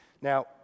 Now